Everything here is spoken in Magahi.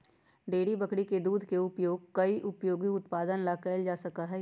डेयरी बकरी के दूध के उपयोग कई उपयोगी उत्पादन ला कइल जा सका हई